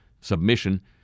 submission